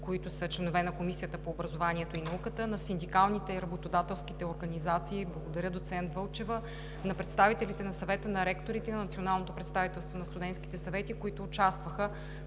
които са членове на Комисията по образованието и науката; на синдикалните и работодателските организации – благодаря, доцент Вълчева; на представителите на Съвета на ректорите и на Националното представителство на студентските съвети, които участваха